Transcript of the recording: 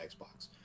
Xbox